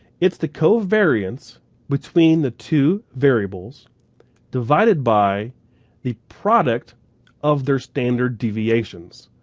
it's the covariance between the two variables divided by the product of their standard deviations.